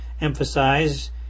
emphasize